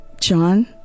John